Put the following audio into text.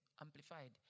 Amplified